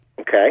Okay